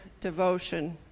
devotion